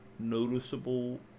noticeable